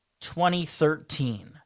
2013